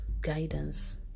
guidance